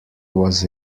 was